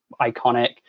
iconic